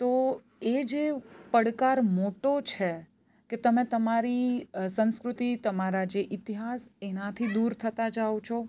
તો એ જે પડકાર મોટો છે કે તમે તમારી સંસ્કૃતિ તમારા જે ઇતિહાસ એનાથી દૂર થતા જાઓ છો